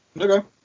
Okay